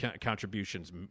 contributions